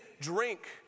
drink